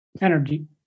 energy